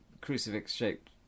crucifix-shaped